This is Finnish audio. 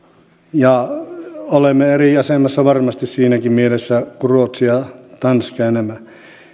ja olemme varmasti siinäkin mielessä eri asemassa kuin ruotsi ja tanska ja nämä